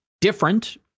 different